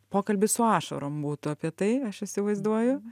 pokalbis su ašarom būtų apie tai aš įsivaizduoju